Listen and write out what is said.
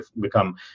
become